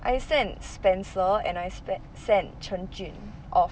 I sent spencer and I sent chen jun off